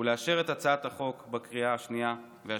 ולאשר את הצעת החוק בקריאה השנייה והשלישית.